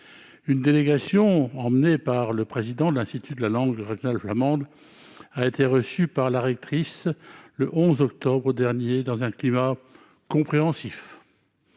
Une délégation menée par le président de l'institut de la langue régionale flamande a été reçue par la rectrice le 11 octobre dernier, dans un climat compréhensif.